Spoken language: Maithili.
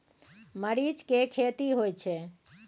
मरीच के खेती होय छय?